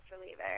reliever